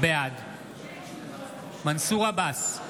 בעד מנסור עבאס,